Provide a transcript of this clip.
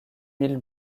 mille